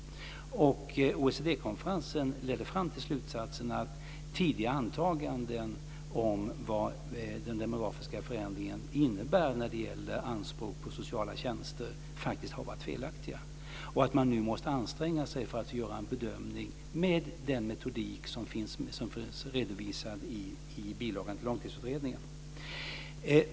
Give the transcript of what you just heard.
OECD konferensen ledde fram till slutsatsen att tidigare antaganden om vad den demografiska förändringen innebär när det gäller anspråk på sociala tjänster faktiskt har varit felaktiga. Man måste nu anstränga sig för att göra en bedömning med den metodik som finns redovisad i bilagan till Långtidsutredningen.